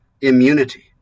immunity